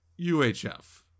UHF